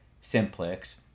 simplex